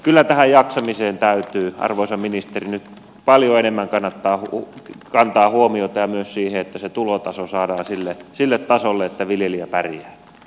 kyllä tähän jaksamiseen täytyy arvoisa ministeri nyt paljon enemmän kantaa huomiota ja myös siihen että se tulotaso saadaan sille tasolle että viljelijä pärjää